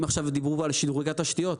אם עכשיו דיברו פה על שדרוג התשתיות,